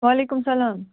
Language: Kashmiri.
وعلیکُم سَلام